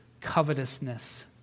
covetousness